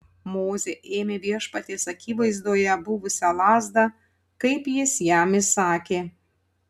mozė ėmė viešpaties akivaizdoje buvusią lazdą kaip jis jam įsakė